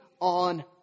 on